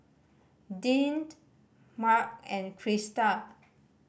Deante Marc and Krista